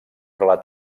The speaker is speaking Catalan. relat